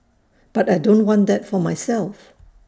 but I don't want that for myself